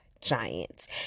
Giants